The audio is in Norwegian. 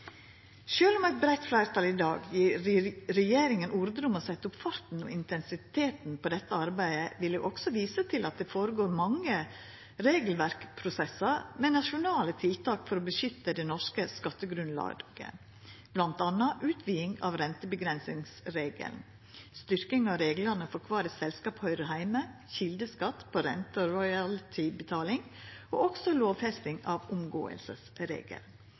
om eit breitt fleirtal i dag gjev regjeringa ordre om å setja opp farten og intensiteten i dette arbeidet, vil eg visa til at det går føre seg mange regelverkprosessar med nasjonale tiltak for å verna det norske skattegrunnlaget, bl.a. utviding av renteavgrensingsregelen, styrking av reglane for kvar eit selskap høyrer heime, kjeldeskatt på rente- og royaltybetaling og lovfesting av